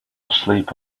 asleep